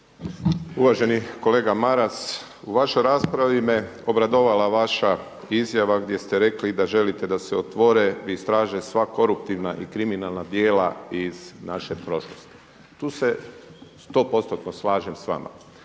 Uvaženi kolega Maras, u vašoj raspravi me obradovala vaša izjava gdje ste rekli da želite da se otvore, istraže sva koruptivna i kriminalna djela iz naše prošlosti. Tu se sto postotno slažem sa vama.